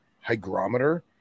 hygrometer